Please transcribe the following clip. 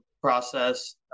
process